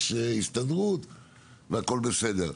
יש הסתדרות והכל בסדר.